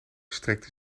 strekte